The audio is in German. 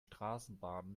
straßenbahn